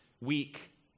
weak